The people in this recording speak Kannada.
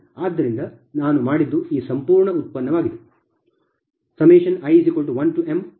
ಆದ್ದರಿಂದ ನಾನು ಮಾಡಿದ್ದು ಈ ಸಂಪೂರ್ಣ ಉತ್ಪನ್ನವಾಗಿದೆ